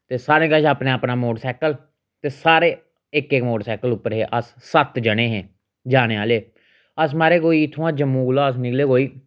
ते सारें कश अपना अपना मोटरसाईकल ते सारे इक इक मोटरसाईकल उप्पर हे अस सत्त जने हे जाने आह्ले अस महाराज कोई इत्थुंआं जम्मू कुला अस निकले कोई